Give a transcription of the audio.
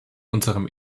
unserem